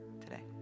today